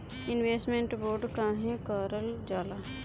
Investment bond काहे कारल जाला?